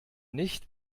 nicht